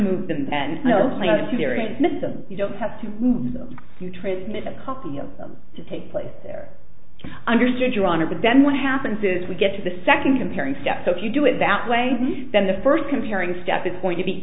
and you don't have to transmit a copy of them to take place there understood your honor but then what happens is we get to the second comparing steps so if you do it that way then the first comparing step is going to be